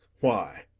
why,